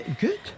good